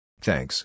Thanks